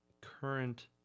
current